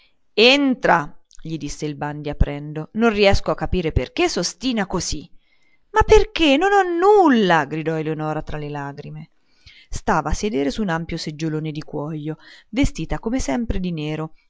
entra gli disse il bandi aprendo non riesco a capire perché s'ostina così ma perché non ho nulla gridò eleonora tra le lagrime stava a sedere su un ampio seggiolone di cuojo vestita come sempre di nero